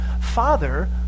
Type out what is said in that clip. father